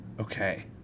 okay